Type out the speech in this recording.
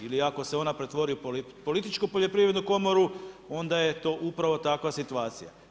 Ili ako se ona pretvori u političku poljoprivrednu komoru, onda je to upravo takva situacija.